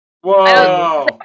Whoa